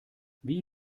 wie